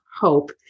hope